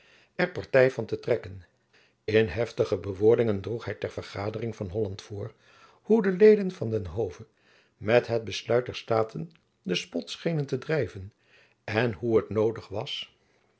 van te trekken in heftige bewoordingen droeg hy ter vergadering van holland voor hoe de leden van den hove met het besluit der staten den spot schenen te drijven en hoe het noodig was